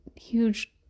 huge